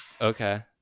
okay